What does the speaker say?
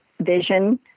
vision